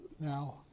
now